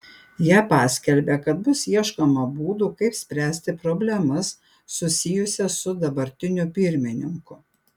jie paskelbė kad bus ieškoma būdų kaip spręsti problemas susijusias su dabartiniu pirmininku